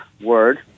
word